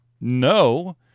no